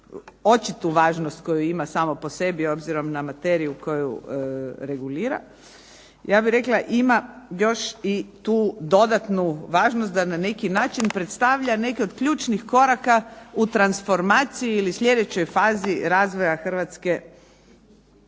očitu važnost koju ima samo po sebi obzirom na materiju koju regulira, ja bih rekla ima još tu dodatnu važnost da na neki način predstavlja neke od ključnih koraka u transformaciji ili sljedećoj fazi razvoja Hrvatske,